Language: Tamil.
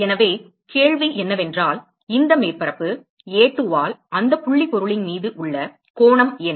எனவே கேள்வி என்னவென்றால் இந்த மேற்பரப்பு A2 ஆல் அந்த புள்ளி பொருளின் மீது உள்ள கோணம் என்ன